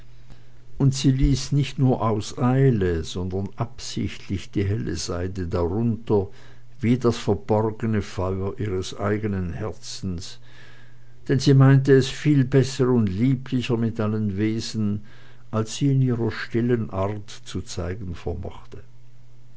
und sie ließ nicht nur aus eile sondern absichtlich die helle seide darunter wie das verborgene feuer ihres eigenen herzens denn sie meinte es viel besser und lieblicher mit allen wesen als sie in ihrer stille zu zeigen vermochte